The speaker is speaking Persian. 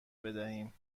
بدهیم